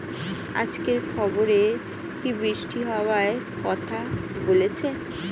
আজকের খবরে কি বৃষ্টি হওয়ায় কথা বলেছে?